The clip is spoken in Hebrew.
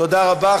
תודה רבה.